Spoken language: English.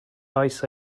ice